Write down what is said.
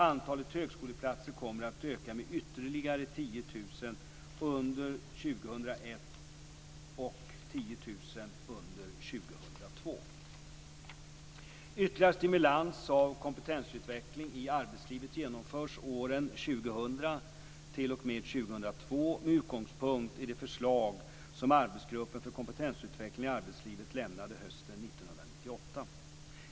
Antalet högskoleplatser kommer att öka med ytterligare 10 000 under Ytterligare stimulans av kompetensutveckling i arbetslivet genomförs åren 2000-2002 med utgångspunkt i det förslag som arbetsgruppen för kompetensutveckling i arbetslivet lämnade hösten 1998.